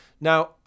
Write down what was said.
Now